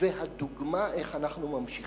והדוגמה, איך אנחנו ממשיכים?